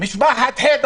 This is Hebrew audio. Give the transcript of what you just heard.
למשפחת ---,